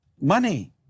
Money